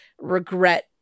regret